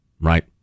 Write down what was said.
right